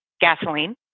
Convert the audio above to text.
gasoline